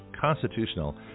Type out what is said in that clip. constitutional